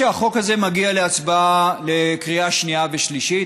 כשהחוק הזה מגיע לקריאה שנייה ושלישית,